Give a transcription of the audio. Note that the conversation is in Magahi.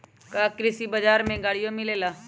का कृषि बजार में गड़ियो मिलेला?